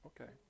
Okay